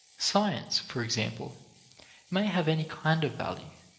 science for example may have any kind of value,